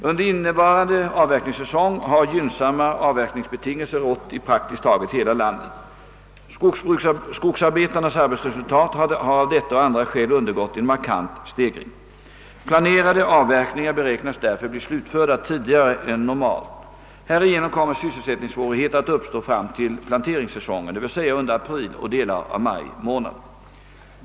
Under innevarande avverkningssäsong har gynnsamma avverkningsbe tingelser rått i praktiskt taget hela landet. Skogsarbetarnas arbetsresultat har av detta och andra skäl undergått en markant stegring. Planerade avverkningar beräknas därför bli slutförda tidigare än normalt. Härigenom kommer sysselsättningssvårigheter att uppstå fram till planteringssäsongen, d.v.s. under april och delar av maj månad.